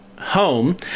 home